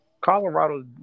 Colorado